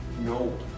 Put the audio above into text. no